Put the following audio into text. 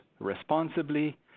responsibly